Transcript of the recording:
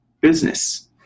business